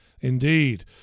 Indeed